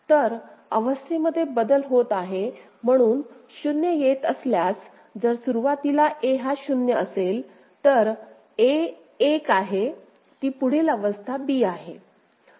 तर अवस्थेमध्ये बदल होत आहे म्हणून 0 येत असल्यास जर सुरुवातीला a हा 0 असेल तर a 1 आहे ती पुढील अवस्था b आहे